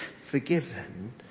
forgiven